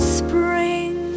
spring